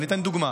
אני אתן דוגמה.